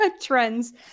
trends